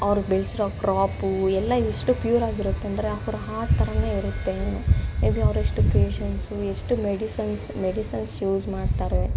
ಅವ್ರು ಬೆಳೆಸಿರೋ ಕ್ರಾಪು ಎಲ್ಲ ಎಷ್ಟು ಪ್ಯೂರಾಗಿರುತ್ತಂದ್ರೆ ಅವರ ಹಾರ್ಟ್ ಥರನೇ ಇರುತ್ತೆ ಏನೋ ಮೇ ಬಿ ಅವರಷ್ಟು ಪೇಶನ್ಸು ಎಷ್ಟು ಮೆಡಿಸನ್ಸ್ ಮೆಡಿಸನ್ಸ್ ಯೂಸ್ ಮಾಡ್ತಾರೆ